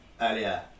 earlier